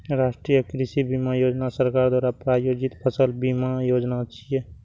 राष्ट्रीय कृषि बीमा योजना सरकार द्वारा प्रायोजित फसल बीमा योजना छियै